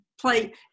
play